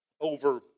over